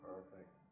Perfect